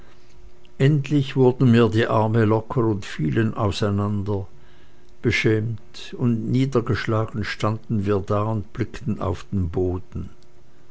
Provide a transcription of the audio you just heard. endlich wurden mir die arme locker und fielen auseinander beschämt und niedergeschlagen standen wir da und blickten auf den boden